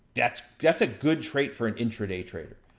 that's that's a good trait for an intraday trader.